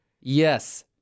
yes